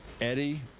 Eddie